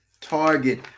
target